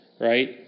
right